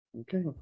Okay